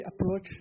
approach